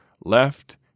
left